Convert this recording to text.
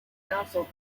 council